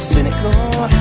Cynical